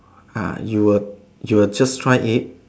uh you will you will just try it